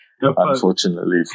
unfortunately